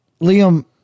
Liam